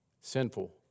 sinful